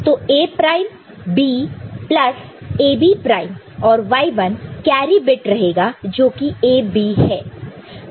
तो A prime B plus A B prime और Y1 carry bit रहेगा जोकि AB है